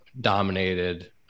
dominated